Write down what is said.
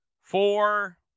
four